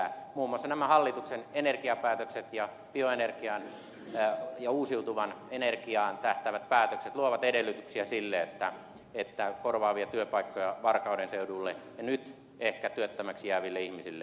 muun muassa nämä hallituksen energiapäätökset ja bioenergiaan ja uusiutuvaan energiaan tähtäävät päätökset luovat edellytyksiä sille että korvaavia työpaikkoja varkauden seudulle nyt ehkä työttömäksi jääville ihmisille syntyisi